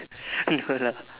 no lah